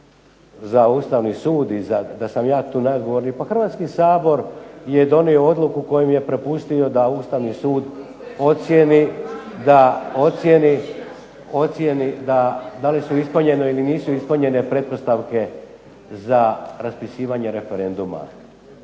ja Ustavni sud i da sam ja tu najodgovorniji, pa Hrvatski sabor je donio odluku kojem je prepustio da Ustavni sud ocijeni da li su ispunjene ili nisu ispunjenje pretpostavke za raspisivanje referenduma.